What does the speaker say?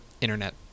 internet